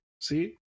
See